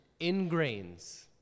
ingrains